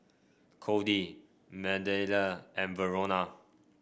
Cody Mathilde and Verona